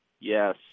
Yes